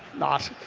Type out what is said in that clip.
not!